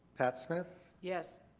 pat smith. yes.